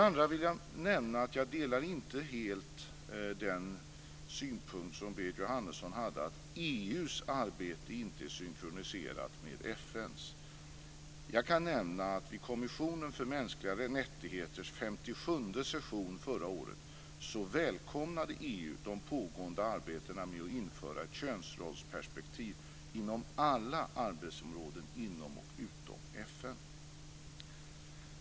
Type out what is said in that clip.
Jag vill också nämna att jag inte helt delar Berit Jóhannessons synpunkt att EU:s arbete inte är synkroniserat med FN:s. I den 57:e sessionen i kommissionen för mänskliga rättigheter förra året välkomnade EU de pågående arbetena med att införa ett könsrollsperspektiv inom alla arbetsområden inom och utom FN.